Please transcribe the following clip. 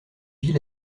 ville